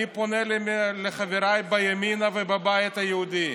אני פונה לחבריי בימינה ובבית היהודי.